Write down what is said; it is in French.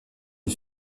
une